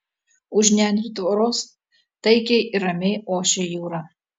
už nendrių tvoros taikiai ir ramiai ošė jūra